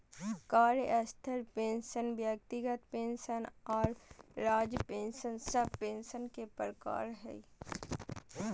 कार्यस्थल पेंशन व्यक्तिगत पेंशन आर राज्य पेंशन सब पेंशन के प्रकार हय